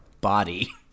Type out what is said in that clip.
body